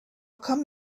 come